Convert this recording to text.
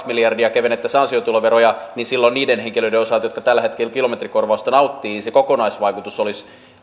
miljardia kevennettäisiin ansiotuloveroja niin silloin niiden henkilöiden osalta jotka tällä hetkellä kilometrikorvausta nauttivat se kokonaisvaikutus olisi